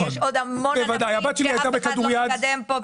אבל יש עוד המון ענפים שאף אחד לא מקדם פה.